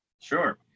Sure